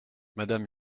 madame